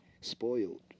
spoiled